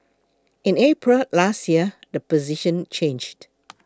in April last year the position changed